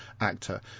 actor